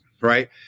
right